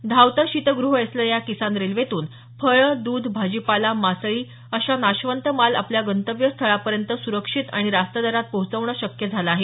धावतं शीतगृहं असलेल्या या किसान रेल्वेतून फळं द्ध भाजीपाला मासळी असा नाशवंत माल आपल्या गंतव्य स्थळापर्यंत सुरक्षित आणि रास्त दरात पोहोचवणं शक्य झालं आहे